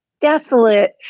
desolate